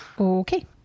Okay